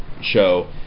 show